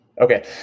Okay